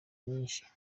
nyinshi